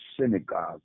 synagogue